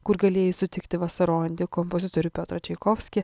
kur galėjai sutikti vasarojantį kompozitorių piotrą čaikovskį